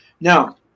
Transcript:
Now